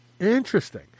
Interesting